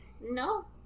no